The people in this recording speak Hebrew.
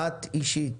את אישית.